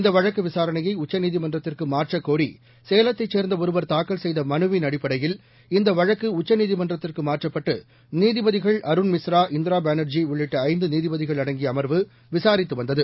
இந்த வழக்கு விசாரணையை உச்சநீதிமன்றத்திற்கு மாற்றக் கோரி சேலத்தைச் சேர்ந்த ஒருவர் தாக்கல் செய்த மனுவின் அடிப்படையில் இந்த வழக்கு உச்சநீதிமன்றத்திற்கு மாற்றப்பட்டு நீதிபதிகள் அருண் மிஸ்ரா இந்திரா பானர்ஜி உள்ளிட்ட ஐந்து நீதிபதிகள் அடங்கிய அமர்வு விசாரித்து வந்தது